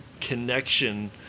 connection